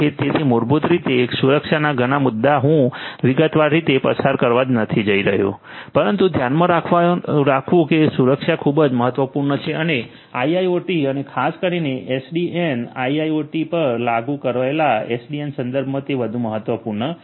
તેથી મૂળભૂત રીતે સુરક્ષાના મુદ્દાઓ હું વિગતવાર રીતે પસાર કરવા નથી જઇ રહ્યો પરંતુ ધ્યાનમાં રાખવું કે સુરક્ષા ખૂબ જ મહત્વપૂર્ણ છે અને આઇઆઈઓટી અને ખાસ કરીને એસડીએન આઇઆઇઓટી પર લાગુ કરાયેલા એસડીએન સંદર્ભમાં તે વધુ મહત્વપૂર્ણ છે